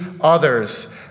others